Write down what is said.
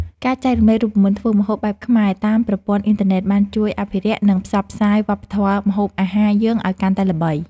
ការចែករំលែករូបមន្តធ្វើម្ហូបបែបខ្មែរតាមប្រព័ន្ធអ៊ីនធឺណិតបានជួយអភិរក្ស និងផ្សព្វផ្សាយវប្បធម៌ម្ហូបអាហារយើងឱ្យកាន់តែល្បី។